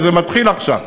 וזה מתחיל עכשיו,